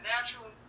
natural